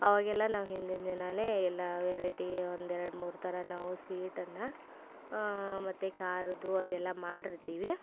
ಅವಾಗೆಲ್ಲ ನಾವು ಹಿಂದಿನ ದಿನವೇ ಎಲ್ಲ ವೆರೈಟಿ ಒಂದು ಎರಡು ಮೂರು ಥರ ನಾವು ಸ್ವೀಟನ್ನು ಮತ್ತು ಖಾರದ್ದು ಅದೆಲ್ಲ ಮಾಡಿರ್ತೀವಿ